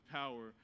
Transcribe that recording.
power